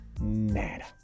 Nada